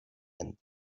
and